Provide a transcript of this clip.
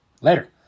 later